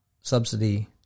subsidy